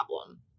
problem